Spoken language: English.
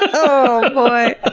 ah oh boy!